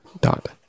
dot